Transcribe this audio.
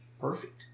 perfect